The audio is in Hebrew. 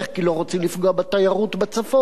כי לא רוצים לפגוע בתיירות בצפון,